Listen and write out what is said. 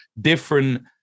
different